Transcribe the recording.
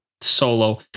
solo